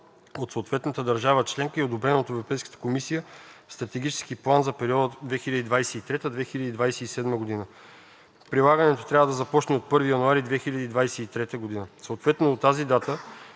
от съответната държава членка и одобрен от Европейската комисия Стратегически план за периода 2023 – 2027 г. Прилагането трябва да започне от 1 януари 2023 г. Съответно до тази дата